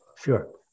Sure